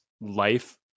life